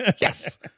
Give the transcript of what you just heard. Yes